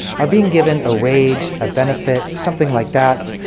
are being given a wage, a benefit, something like that,